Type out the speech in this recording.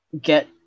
get